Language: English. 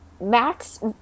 Max